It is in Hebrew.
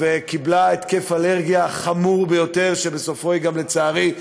וקיבלה התקף אלרגיה חמור ביותר שבסופו, לצערי,